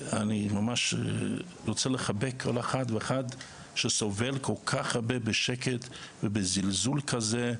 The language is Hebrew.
אני ממש רוצה לחבק כל אחד ואחת שסובל כל כך בשקט ובזלזול כזה,